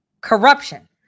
corruption